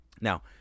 now